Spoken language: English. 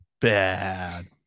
bad